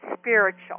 spiritual